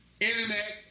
internet